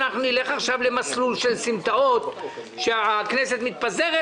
שאנחנו נלך עכשיו למסלול של סמטאות שהכנסת מתפזרת,